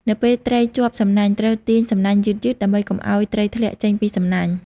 នៅពេលត្រីជាប់សំណាញ់ ត្រូវទាញសំណាញ់យឺតៗ ដើម្បីកុំឲ្យត្រីធ្លាក់ចេញពីសំណាញ់។